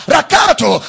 Rakato